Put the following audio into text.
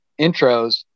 intros